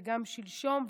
וגם שלשום,